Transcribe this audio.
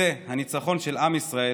זה הניצחון של עם ישראל.